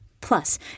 Plus